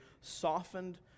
softened